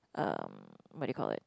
um what do you call it